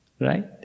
Right